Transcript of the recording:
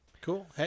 Cool